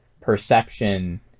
perception